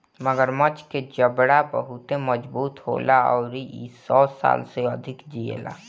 मगरमच्छ के जबड़ा बहुते मजबूत होला अउरी इ सौ साल से अधिक जिएला